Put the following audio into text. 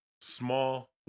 small